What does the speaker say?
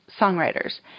songwriters